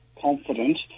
confident